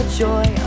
joy